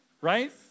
right